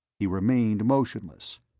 he remained motionless.